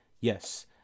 yes